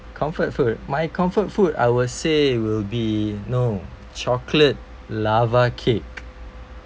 comfort food my comfort food I will say will be no chocolate lava cake